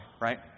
right